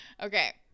Okay